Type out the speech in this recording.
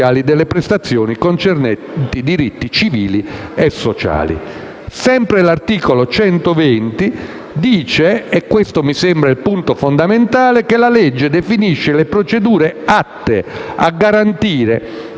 Sempre l'articolo 120 dice - e questo mi sembra il punto fondamentale - che la legge definisce le procedure atte a garantire